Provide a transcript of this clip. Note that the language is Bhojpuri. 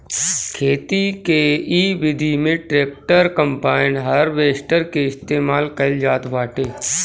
खेती के इ विधि में ट्रैक्टर, कम्पाईन, हारवेस्टर के इस्तेमाल कईल जात बाटे